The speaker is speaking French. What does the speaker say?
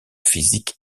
physique